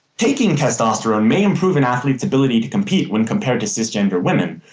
taking testosterone may improve an athlete's ability to compete when compared to cisgender women,